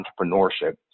entrepreneurship